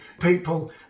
people